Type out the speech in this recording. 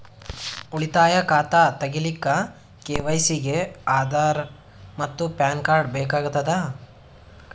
ಉಳಿತಾಯ ಖಾತಾ ತಗಿಲಿಕ್ಕ ಕೆ.ವೈ.ಸಿ ಗೆ ಆಧಾರ್ ಮತ್ತು ಪ್ಯಾನ್ ಕಾರ್ಡ್ ಬೇಕಾಗತದ